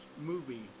movie